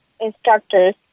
instructors